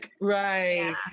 Right